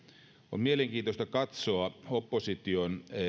on mielenkiintoista katsoa opposition